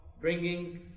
Bringing